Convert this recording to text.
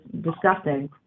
disgusting